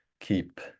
keep